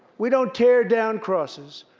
we don't tear down crosses.